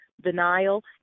denial